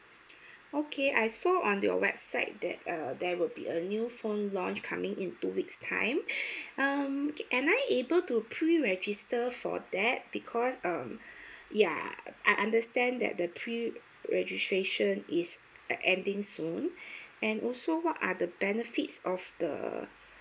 okay I saw on your website that err there will be a new phone launch coming in two weeks time um am I able to pre register for that because um ya I understand that the pre registration is ending soon and also what are the benefits of the